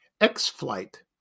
X-Flight